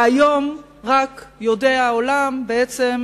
והיום העולם יודע בעצם